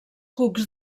cucs